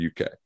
UK